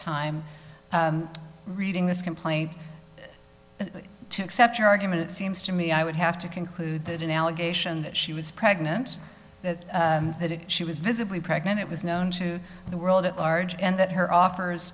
time reading this complaint to accept your argument it seems to me i would have to conclude that an allegation that she was pregnant that she was visibly pregnant it was known to the world at large and that her offers